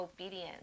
obedience